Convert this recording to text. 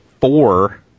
four